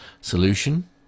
solution